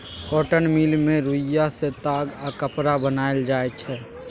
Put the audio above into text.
cotton mill मे रुइया सँ ताग आ कपड़ा बनाएल जाइ छै